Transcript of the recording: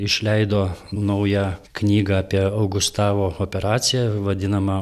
išleido naują knygą apie augustavo operaciją vadinamą